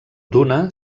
d’una